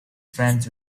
friends